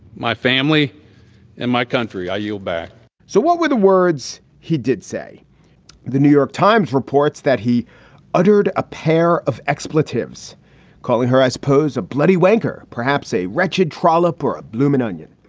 my family and my country. i yield back so what were the words? he did say the new york times reports that he uttered a pair of expletives calling her as pose a bloody wanker, perhaps a wretched trollop or a bloomin onion.